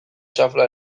xafla